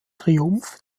triumph